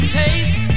taste